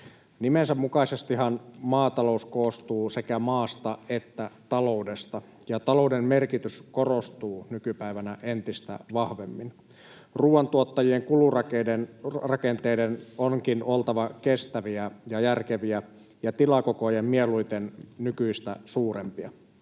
Nimensä mukaisestihan maatalous koostuu sekä maasta että taloudesta, ja talouden merkitys korostuu nykypäivänä entistä vahvemmin. Ruuantuottajien kulurakenteiden onkin oltava kestäviä ja järkeviä ja tilakokojen mieluiten nykyistä suurempia.